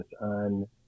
on